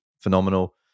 phenomenal